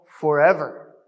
forever